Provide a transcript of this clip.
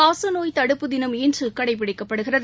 காச நோய் தடுப்பு தினம் இன்று கடைபிடிக்கப்படுகிறது